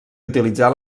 utilitzar